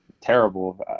terrible